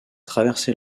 traversé